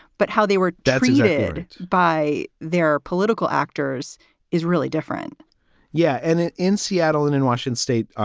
but how they were designated by their political actors is really different yeah. and in in seattle and in washington state,